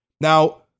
Now